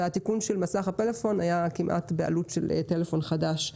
והתיקון של מסך הפלאפון היה כמעט בעלות של פלאפון חדש.